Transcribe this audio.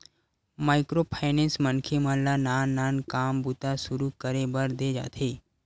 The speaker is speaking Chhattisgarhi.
माइक्रो फायनेंस मनखे मन ल नान नान काम बूता सुरू करे बर देय जाथे